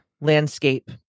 landscape